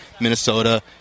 Minnesota